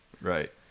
Right